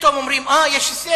פתאום אומרים: אה, יש הישג.